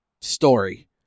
story